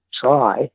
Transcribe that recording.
try